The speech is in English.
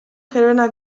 helena